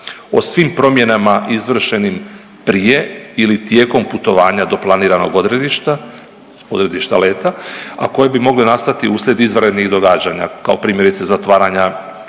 o svim promjenama izvršenim prije ili tijekom putovanja do planiranog odredišta, odredišta leta, a koje bi mogle nastati uslijed izvanrednih događanja kao primjerice zatvaranja